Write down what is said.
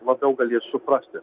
labiau galės suprasti